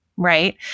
right